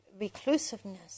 reclusiveness